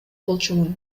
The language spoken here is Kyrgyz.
болчумун